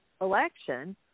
election